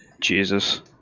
Jesus